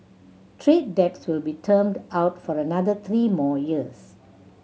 trade debts will be termed out for another three more years